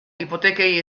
hipotekei